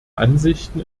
ansichten